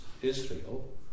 Israel